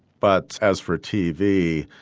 but as for tv,